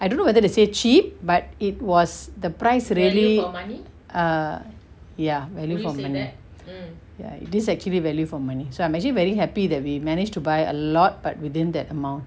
I don't know whether to say cheap but it was the price very err ya value for money ya it is actually value for money so I'm actually very happy that we managed to buy a lot but within that amount